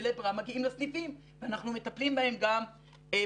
בלית ברירה מגיעים לסניפים ואנחנו מטפלים בהם גם בסניפים.